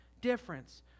difference